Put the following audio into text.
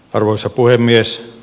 arvoisa puhemies